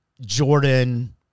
Jordan